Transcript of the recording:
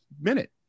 minute